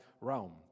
realm